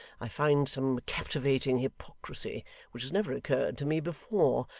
i find some captivating hypocrisy which has never occurred to me before,